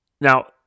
Now